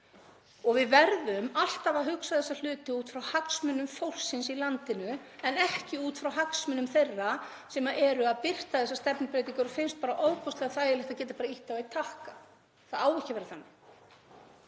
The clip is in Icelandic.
Við verðum alltaf að hugsa þessa hluti út frá hagsmunum fólksins í landinu en ekki út frá hagsmunum þeirra sem eru að birta þessar stefnubreytingar og finnst ofboðslega þægilegt að geta bara ýtt á einn takka. Það á ekki að vera þannig.